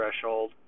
threshold